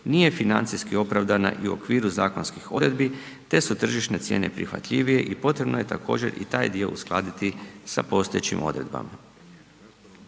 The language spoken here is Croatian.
nije financijski opravdana i u okviru zakonskih odredbi te su tržišne cijene prihvatljivije i potrebno je također i taj dio uskladiti sa postojećim odredbama.